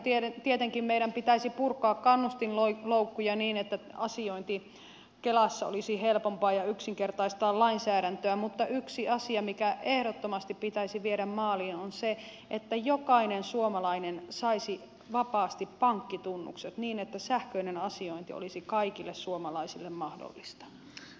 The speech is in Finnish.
no tietenkin meidän pitäisi purkaa kannustinloukkuja niin että asiointi kelassa olisi helpompaa ja yksinkertaistaa lainsäädäntöä mutta yksi asia mikä ehdottomasti pitäisi viedä maaliin on se että jokainen suomalainen saisi vapaasti pankkitunnukset niin että sähköinen asiointi olisi kaikille suomalaisille mahdollista